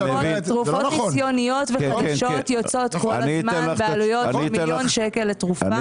תרופות ניסיוניות וחדשות יוצאות כל הזמן בעליות של מיליון שקלים לתרופה,